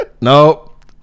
Nope